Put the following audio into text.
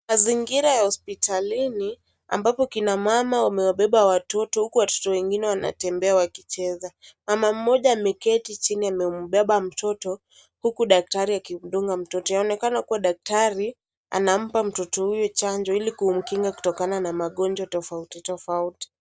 Mazingira ya hospitalini ambapo akina mama wamewabeba watoto, huku watoto wengine wanatembea wakicheza , mama mmoja ameketi chini amembeba mtoto huku daktari akimdunga mtoto, yaonekana kuwa daktari anampa mtoto huyu chacho, ilikumkinga kutokana na magonjwa tofauti tofauti.